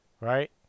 right